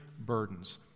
burdens